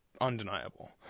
undeniable